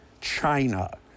China